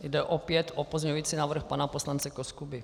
Jde opět o pozměňovací návrh pana poslance Koskuby.